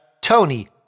Tony